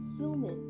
human